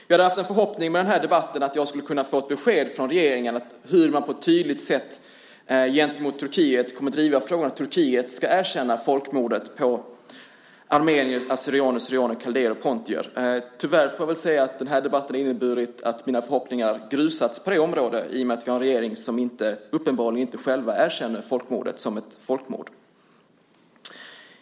Jag hoppades med den här debatten få ett besked från regeringen om hur man på ett tydligt sätt kommer att driva frågan gentemot Turkiet om att det ska erkänna folkmordet på armenier, assyrier/syrianer, kaldéer och pontier. Tyvärr har debatten inneburit att mina förhoppningar på det området grusats i och med att vi har en regering som uppenbarligen inte erkänner folkmordet som ett folkmord.